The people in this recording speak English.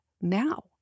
now